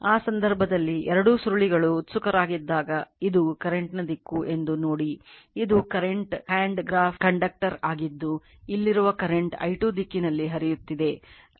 ಆ ಸಂದರ್ಭದಲ್ಲಿ ಎರಡೂ ಸುರುಳಿಗಳು ಉತ್ಸುಕರಾಗಿದ್ದಾಗ ಇದು ಕರೆಂಟ್ ನ ದಿಕ್ಕು ಎಂದು ನೋಡಿ ಇದು ಕರೆಂಟ್ ಹ್ಯಾಂಡ್ ಗ್ರಾಫ್ ಕಂಡಕ್ಟರ್ ಆಗಿದ್ದು ಇಲ್ಲಿರುವ ಕರೆಂಟ್ i2 ದಿಕ್ಕಿನಲ್ಲಿ ಹರಿಯುತ್ತದೆ